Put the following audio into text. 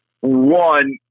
One